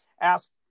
ask